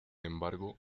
embargo